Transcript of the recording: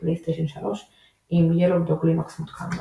פלייסטיישן 3 עם Yellow Dog Linux מותקן מראש.